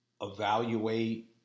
evaluate